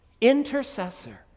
Intercessor